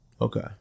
Okay